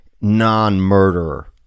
non-murderer